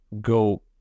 go